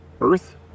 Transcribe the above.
Earth